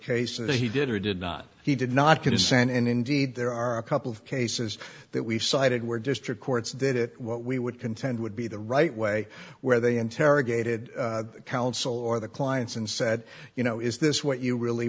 cases that he did or did not he did not consent and indeed there are a couple of cases that we've cited where district courts did it what we would contend would be the right way where they interrogated counsel or the clients and said you know is this what you really